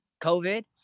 COVID